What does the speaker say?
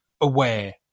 aware